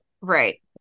Right